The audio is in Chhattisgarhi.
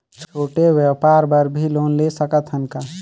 छोटे व्यापार बर भी लोन ले सकत हन का?